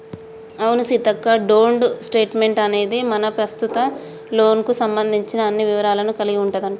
అవును సీతక్క డోంట్ స్టేట్మెంట్ అనేది మన ప్రస్తుత లోన్ కు సంబంధించిన అన్ని వివరాలను కలిగి ఉంటదంట